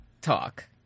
talk